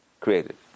created